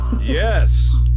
Yes